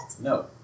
No